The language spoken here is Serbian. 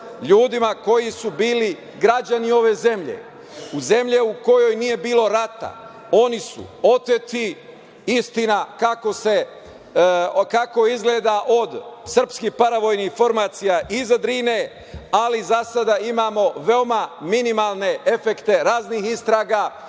ljudima koji su bili građani ove zemlje, zemlje u kojoj nije bilo rata, oni su oteti, istina kako izgleda od srpskih paravojnih formacija iza Drine, ali za sada imamo veoma minimalne efekte raznih istraga,